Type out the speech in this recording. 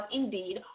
indeed